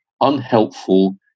unhelpful